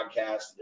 podcast